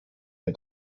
ein